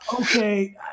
okay